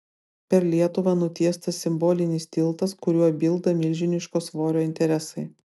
per lietuvą nutiestas simbolinis tiltas kuriuo bilda milžiniško svorio interesai